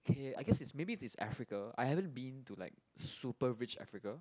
K I guess maybe this is Africa I haven't been to like super rich Africa